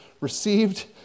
received